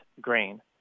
grain